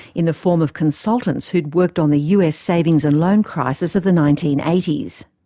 in the form of consultants who'd worked on the us savings and loan crisis of the nineteen eighty s.